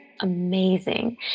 amazing